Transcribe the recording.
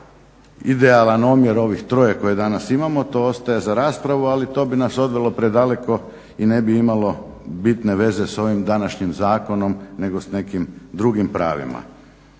idealan omjer ovih troje koje danas imamo to ostaje za raspravu, ali to bi nas odvelo predaleko i ne bi imalo bitne veze s ovim današnjim zakonom nego s nekim drugim pravima.